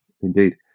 indeed